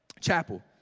chapel